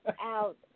out